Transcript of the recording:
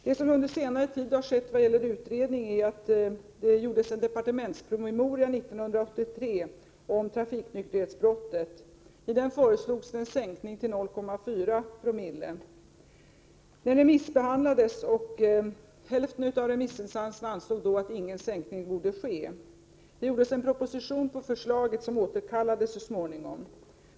Det som under senare tid har skett vad gäller utredning är att det gjordes en departementspromemoria 1983 om trafikonykterhetsbrottet. I den föreslogs en sänkning till 0,4 promille. Promemorian remissbehandlades, och hälften av remissinstanserna ansåg då att ingen sänkning borde ske. Det gjordes en proposition på förslaget som återkallades så småningom.